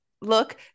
look